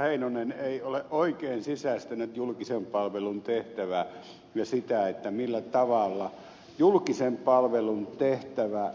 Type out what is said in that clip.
heinonen ei ole oikein sisäistänyt julkisen palvelun tehtävää ja sitä millä tavalla julkisen palvelun tehtävän